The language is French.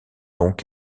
donc